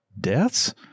deaths